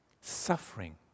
Suffering